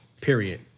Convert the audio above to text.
Period